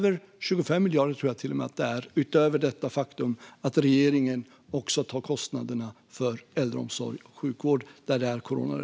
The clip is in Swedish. Jag tror att det till och med är 25 miljarder, utöver det faktum att regeringen också tar kostnaderna för äldreomsorg och sjukvård där det är coronarelaterat.